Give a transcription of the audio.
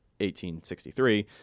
1863